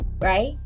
right